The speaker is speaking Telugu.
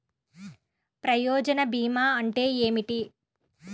ప్రయోజన భీమా అంటే ఏమిటి?